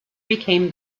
became